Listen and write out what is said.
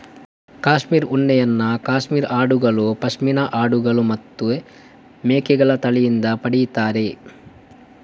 cashmere ಉಣ್ಣೆಯನ್ನ cashmere ಆಡುಗಳು, ಪಶ್ಮಿನಾ ಆಡುಗಳು ಮತ್ತೆ ಮೇಕೆಗಳ ತಳಿಯಿಂದ ಪಡೀತಾರೆ